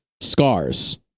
scars